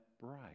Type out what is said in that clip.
Bright